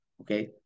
Okay